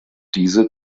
diese